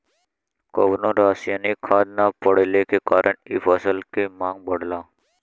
कवनो रासायनिक खाद ना पड़ला के कारण इ फसल के मांग बढ़ला